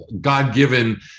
God-given